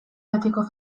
betiko